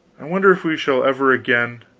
i wonder if we shall ever again